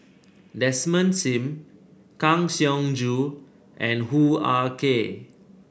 Desmond Sim Kang Siong Joo and Hoo Ah Kay